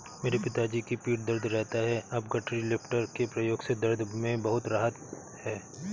मेरे पिताजी की पीठ दर्द रहता था अब गठरी लिफ्टर के प्रयोग से दर्द में बहुत राहत हैं